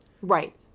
Right